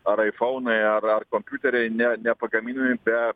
ar aifaunai ar ar kompiuteriai ne nepagaminami be